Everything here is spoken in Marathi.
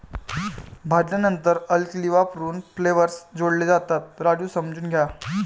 भाजल्यानंतर अल्कली वापरून फ्लेवर्स जोडले जातात, राजू समजून घ्या